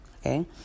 Okay